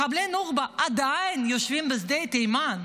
מחבלי נוח'בה עדיין יושבים בשדה תימן,